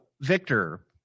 Victor